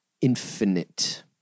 Infinite